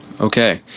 Okay